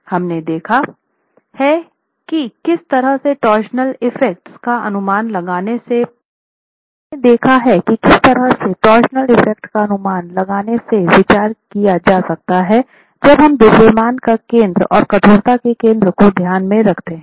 हमने देखा है कि किस तरह के टॉर्सनल इफेक्ट का अनुमान लगाने से पर विचार किया जा सकता है जब हम द्रव्यमान का केंद्र और कठोरता के केंद्र को ध्यान में रखते हैं